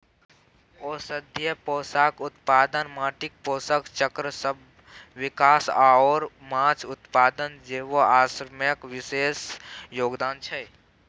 औषधीय पौधाक उत्पादन, माटिक पोषक चक्रसभक विकास आओर माछ उत्पादन जैव आश्रयक विशेष योगदान छै